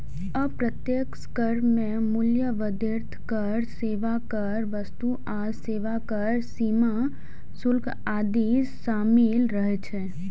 अप्रत्यक्ष कर मे मूल्य वर्धित कर, सेवा कर, वस्तु आ सेवा कर, सीमा शुल्क आदि शामिल रहै छै